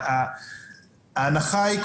ההנחה היא,